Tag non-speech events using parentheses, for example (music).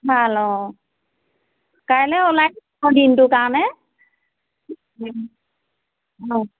ভাল অ কাইলে ওলাই (unintelligible) দিনটোৰ কাৰণে অঁ